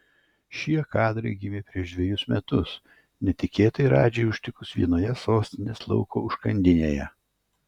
šie kadrai gimė prieš dvejus metus netikėtai radži užtikus vienoje sostinės lauko užkandinėje